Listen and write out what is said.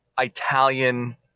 Italian